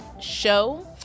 show